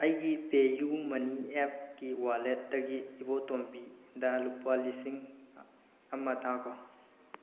ꯑꯩꯒꯤ PayUmoney app ꯀꯤ wallet ꯇꯒꯤ ꯏꯕꯣꯇꯣꯝꯕꯤ ꯗ ꯂꯨꯄꯥ ꯂꯤꯁꯤꯡ ꯑꯃ ꯊꯥꯈꯣ